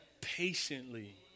patiently